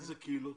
באיזה קהילות?